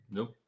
Nope